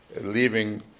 leaving